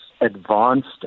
advanced